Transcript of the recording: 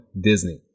Disney